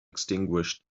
extinguished